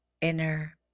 inner